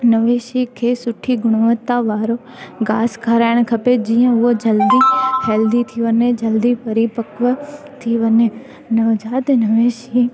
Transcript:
नवेशी खे सुठी गुणवंता वारो घास खाराइणु खपे जीअं हूअ जल्दी हैल्दी थी वञे जल्दी परी पकव थी वञे नवजात नवेशी